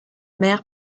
mer